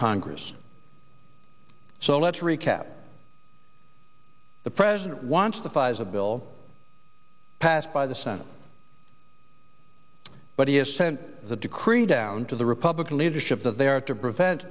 congress so let's recap the president wants the pfizer bill passed by the senate but he has sent the decree down to the republican leadership that they are to prevent